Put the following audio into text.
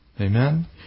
Amen